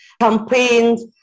campaigns